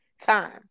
time